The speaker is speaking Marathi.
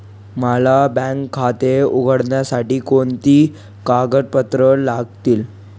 मला बँक खाते उघडण्यासाठी कोणती कागदपत्रे लागतील?